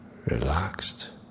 Relaxed